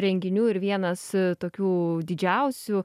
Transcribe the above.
renginių ir vienas tokių didžiausių